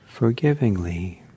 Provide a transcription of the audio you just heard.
forgivingly